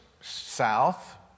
south